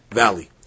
valley